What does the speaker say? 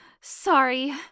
Sorry